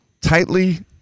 Tightly